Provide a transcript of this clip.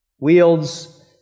wields